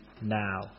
now